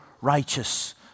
righteous